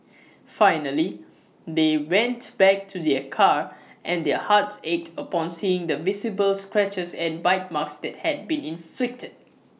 finally they went back to their car and their hearts ached upon seeing the visible scratches and bite marks that had been inflicted